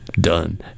done